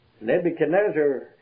Nebuchadnezzar